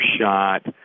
shot